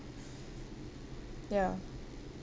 ya